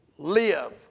live